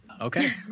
okay